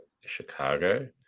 Chicago